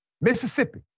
Mississippi